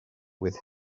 with